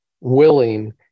willing